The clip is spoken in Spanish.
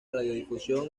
radiodifusión